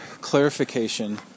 clarification